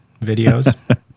videos